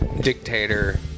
dictator